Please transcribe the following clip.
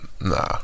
nah